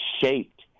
shaped